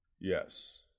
Yes